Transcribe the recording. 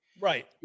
right